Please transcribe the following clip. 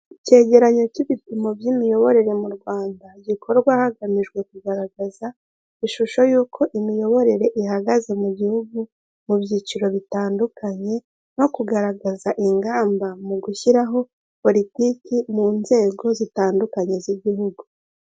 Ikegeranyo kibipimo by'imiyoborere mu Rwanda gikorwa hagamijwe kugaragaza ishusho yuko imiyoborere ihagaze mu gihugu mu byiciro bitandukanye no kugaragaza ingamba mu gushyiraho poritiki mu nzego zitandukanye z'igihugu.